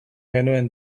genuen